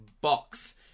box